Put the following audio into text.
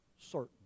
certain